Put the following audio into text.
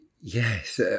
Yes